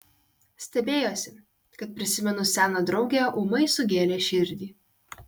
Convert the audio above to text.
stebėjosi kad prisiminus seną draugę ūmai sugėlė širdį